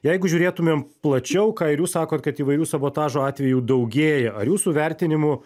jeigu žiūrėtumėm plačiau ką ir jūs sakot kad įvairių sabotažo atvejų daugėja ar jūsų vertinimu